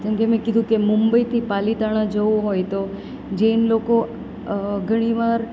જેમકે મેં કીધું કે મુંબઈથી પાલિતાણા જવું હોય તો જૈન લોકો ઘણીવાર